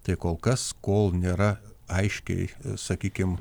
tai kol kas kol nėra aiškiai sakykim